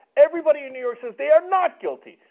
everybody in new york says they are not guilty!